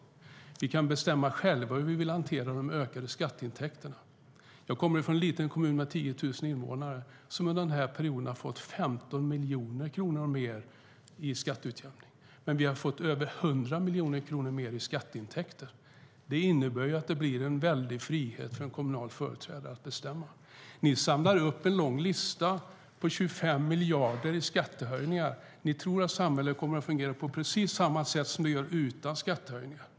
Vi kan själva bestämma hur vi vill hantera de ökade skatteintäkterna. Jag kommer från en liten kommun med 10 000 invånare som under denna period har fått 15 miljoner kronor mer i skatteutjämning, men vi har fått över 100 miljoner kronor mer i skatteintäkter. Det ger en kommunal företrädare stor frihet att bestämma. Ni samlar ihop en lång lista på 25 miljarder i skattehöjningar. Ni tror att samhället kommer att fungera på precis samma sätt som det gör utan skattehöjningar.